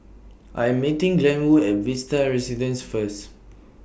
I Am meeting Glenwood At Vista Residences First